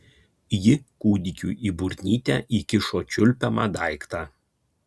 ji kūdikiui į burnytę įkišo čiulpiamą daiktą